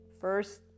first